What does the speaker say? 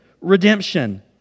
redemption